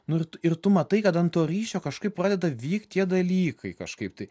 nu ir tu matai kad ant to ryšio kažkaip pradeda vykt tie dalykai kažkaip tai